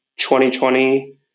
2020